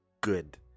good